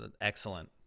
excellent